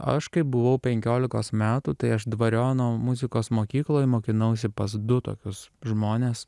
aš kai buvau penkiolikos metų tai aš dvariono muzikos mokykloj mokinausi pas du tokius žmones